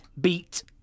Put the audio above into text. beat